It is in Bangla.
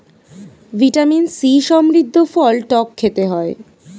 ভিটামিন সি সমৃদ্ধ ফল টক খেতে হয়